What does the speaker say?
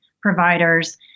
providers